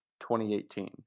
2018